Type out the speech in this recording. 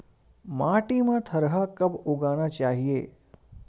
माटी मा थरहा कब उगाना चाहिए?